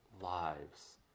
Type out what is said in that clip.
lives